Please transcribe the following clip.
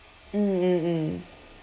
mm mm mm